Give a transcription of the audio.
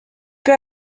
peu